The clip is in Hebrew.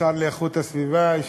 השר להגנת הסביבה,